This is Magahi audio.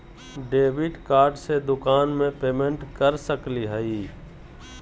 डेबिट कार्ड से दुकान में पेमेंट कर सकली हई?